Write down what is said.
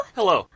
Hello